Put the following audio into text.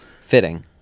Fitting